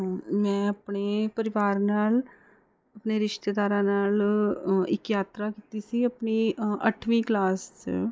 ਮੈਂ ਆਪਣੇ ਪਰਿਵਾਰ ਨਾਲ ਆਪਣੇ ਰਿਸ਼ਤੇਦਾਰਾਂ ਨਾਲ ਇੱਕ ਯਾਤਰਾ ਕੀਤੀ ਸੀ ਆਪਣੀ ਅੱਠਵੀਂ ਕਲਾਸ 'ਚ